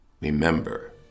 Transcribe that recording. Remember